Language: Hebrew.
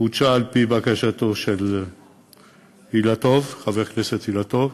חודשה על-פי בקשתו של אילטוב, חבר הכנסת אילטוב,